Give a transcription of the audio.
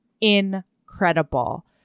incredible